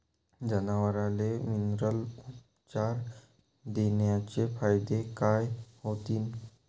जनावराले मिनरल उपचार देण्याचे फायदे काय होतीन?